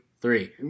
three